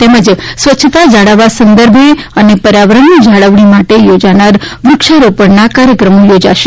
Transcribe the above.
તેમજ સ્વચ્છતા જાળવવા સંદર્ભે અને પર્યાવરણની જાળવણી માટે યોજાનાર વુક્ષારોપણના કાર્યક્રમો યોજાશે